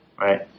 right